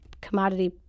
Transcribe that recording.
commodity